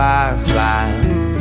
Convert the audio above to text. Fireflies